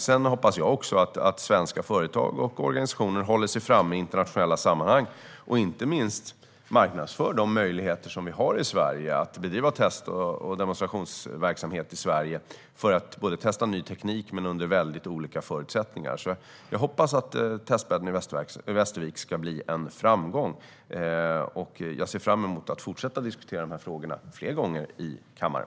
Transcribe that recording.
Jag hoppas också att svenska företag och organisationer håller sig framme i internationella sammanhang. Jag hoppas inte minst att de marknadsför de möjligheter som vi har att bedriva test och demonstrationsverksamhet i Sverige, för att testa ny teknik men under väldigt olika förutsättningar. Jag hoppas att testbädden i Västervik ska bli en framgång. Och jag ser fram emot att fortsätta diskutera de här frågorna fler gånger i kammaren.